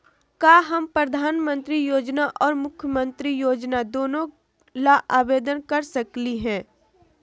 का हम प्रधानमंत्री योजना और मुख्यमंत्री योजना दोनों ला आवेदन कर सकली हई?